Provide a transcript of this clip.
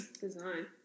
design